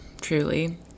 truly